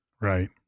Right